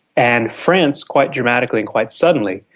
and france, quite dramatically and quite suddenly,